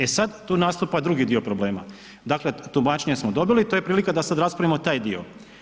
E sada tu nastupa drugi dio problema, dakle tumačenja smo dobili, to je prilika da sada raspravimo taj dio.